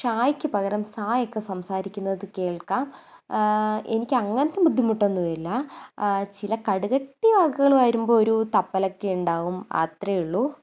ഷായ്ക്ക് പകരം സായൊക്കെ സംസാരിക്കുന്നത് കേൾക്കാം എനിക്ക് അങ്ങനത്തെ ബുദ്ധിമുട്ടൊന്നുമില്ല ചില കടുകട്ടി വാക്കുകൾ വരുമ്പോൾ തപ്പലൊക്കെ ഉണ്ടാകും അത്രയേയുള്ളൂ